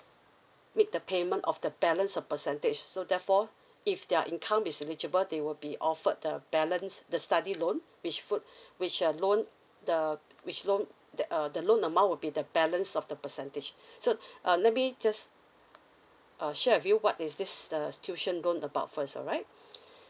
make the payment of the balance of percentage so therefore if their income is eligible they will be offered the balance the study loan which foot which uh loan the which loan that uh the loan amount would be the balance of the percentage so uh let me just uh share with you what is this uh tuition loan about first alright